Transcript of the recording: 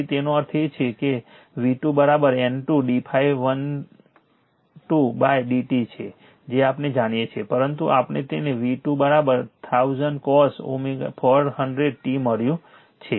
તેથી તેનો અર્થ એ કે V2 N2 d ∅12 d t જે આપણે જાણીએ છીએ પરંતુ આપણને તે V2 1000 cos 400 t મળ્યું છે